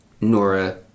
Nora